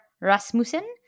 Rasmussen